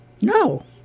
No